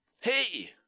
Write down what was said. Hey